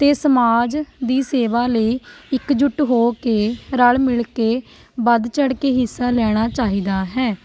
ਅਤੇ ਸਮਾਜ ਦੀ ਸੇਵਾ ਲਈ ਇੱਕ ਜੁੱਟ ਹੋ ਕੇ ਰਲ਼ ਮਿਲ ਕੇ ਵੱਧ ਚੜ੍ਹਕੇ ਹਿੱਸਾ ਲੈਣਾ ਚਾਹੀਦਾ ਹੈ